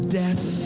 death